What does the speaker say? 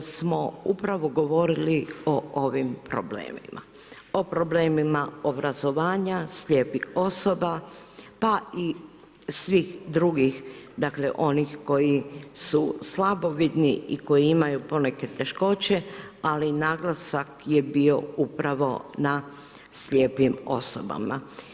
smo upravo govorili o ovim problemima, o problemima obrazovanja slijepih osoba pa i svih drugih onih koji su slabovidni i koji imaju poneke teškoće, ali naglasak je bio upravo na slijepim osobama.